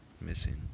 Missing